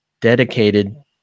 dedicated